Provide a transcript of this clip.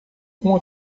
uma